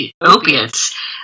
opiates